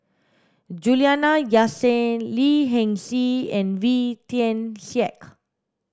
Juliana Yasin Lee Hee Seng and Wee Tian Siak